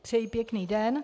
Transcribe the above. Přeji pěkný den.